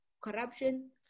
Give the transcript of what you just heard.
corruption